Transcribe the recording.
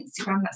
Instagram